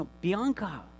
Bianca